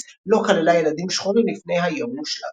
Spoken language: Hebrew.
לא כללה ילדים שחורים לפני "היום המושלג".